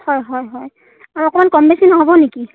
হয় হয় হয় আৰু আকণমান কম বেছি নহ'ব নেকি